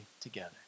together